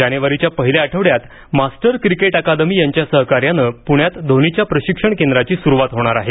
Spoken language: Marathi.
जानेवारीच्या पहिल्या आठवड्यात मास्टर क्रिकेट अकादमी यांच्या सहकार्यानं प्ण्यात धोनीच्या प्रशिक्षण केंद्राची सुरुवात होणार आहे